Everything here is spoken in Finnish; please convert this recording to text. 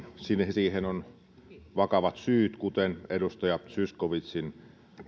siihen on vakavat syyt kuten edustaja zyskowiczin